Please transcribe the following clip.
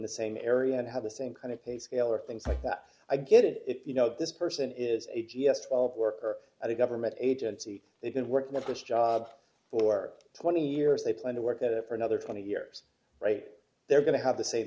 the same area and have the same kind of pay scale or things like that i get if you know this person is a g s twelve worker at a government agency they've been working at this job for twenty years they plan to work at it for another twenty years right they're going to have the same